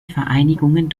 vereinigungen